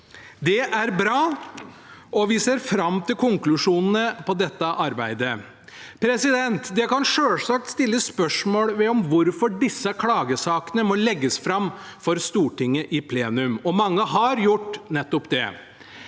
Det er bra, og vi ser fram til konklusjonene på dette arbeidet. Det kan selvfølgelig stilles spørsmål om hvorfor disse klagesakene må legges fram for Stortinget i plenum, og mange har gjort nettopp det.